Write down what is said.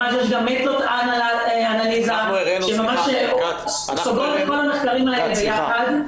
יש גם מטא-אנליזה שממש סוגרת את כל המחקרים האלה ביחד.